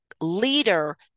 leader